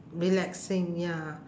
relaxing ya